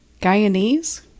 Guyanese